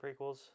prequels